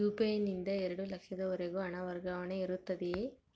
UPI ನಿಂದ ಎರಡು ಲಕ್ಷದವರೆಗೂ ಹಣ ವರ್ಗಾವಣೆ ಇರುತ್ತದೆಯೇ?